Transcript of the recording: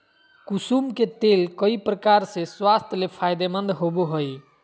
कुसुम के तेल कई प्रकार से स्वास्थ्य ले फायदेमंद होबो हइ